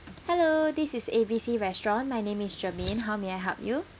hello this is A B C restaurant my name is germaine how may I help you